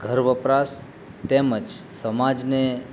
ઘર વપરાશ તેમજ સમાજને